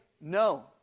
no